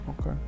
Okay